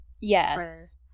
Yes